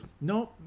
no